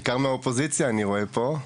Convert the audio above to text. בעיקר מהאופוזיציה שאני רואה פה,